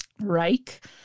Reich